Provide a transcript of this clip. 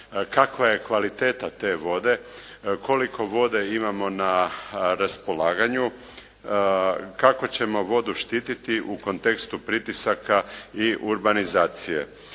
kakva je kvaliteta te vode, koliko vode imamo na raspolaganju, kako ćemo vodu štititi u kontekstu pritisaka i urbanizacije?